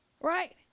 right